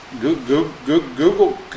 Google